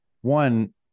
One